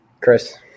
Chris